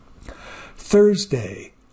Thursday